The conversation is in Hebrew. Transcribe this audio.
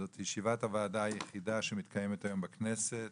זו ישיבת הועדה היחידה שמתקיימת היום בכנסת